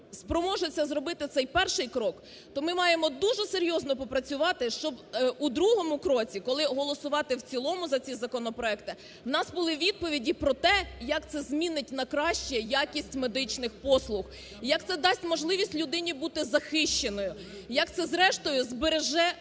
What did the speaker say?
спроможний це зробити, цей перший крок, то ми маємо дуже серйозно попрацювати, щоб у другому кроці, коли голосувати в цілому за ці законопроекти, у нас були відповіді про те, як це змінить на краще якість медичних послуг і як це дасть можливість людині бути захищеною, як це, зрештою, збереже